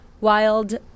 wild